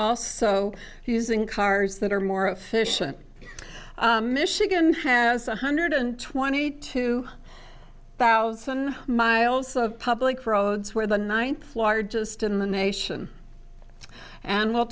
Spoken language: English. also using cars that are more efficient michigan has one hundred twenty two thousand miles of public roads where the ninth largest in the nation and we'll